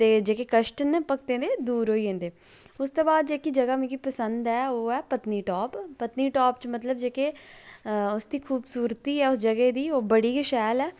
ते जेह्ड़े कश्ट न भगतें दे दूर हेई जंदे उसतै हबाद जेह्की जगाह् मिकी पसंद ऐ ओह् ऐ पतनीटॉप पतनीटॉप मतलब जेह्के उसदी खूबसूरती ऐ उस जगह दी ओह् बड़ी गै शैल ऐ